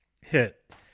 hit